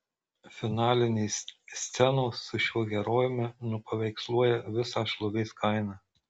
finalinės scenos su šiuo herojumi nupaveiksluoja visą šlovės kainą